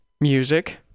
music